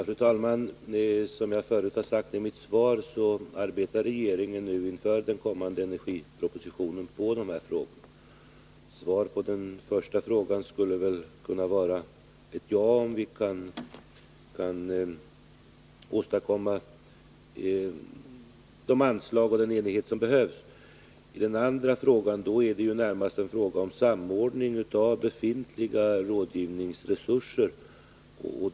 Fru talman! Som jag sade i mitt svar arbetar regeringen nu med de här frågorna i anslutning till den kommande energipropositionen. Svaret på Ulla Ekelunds första fråga är ett ja. När det gäller den andra frågan vill jag säga att det närmast handlar om en samordning av befintliga rådgivningsresurser.